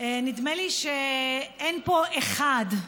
נדמה לי שאין פה אחד,